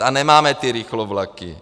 A nemáme ty rychlovlaky.